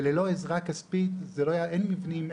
וללא עזרה כספית אין מבנים,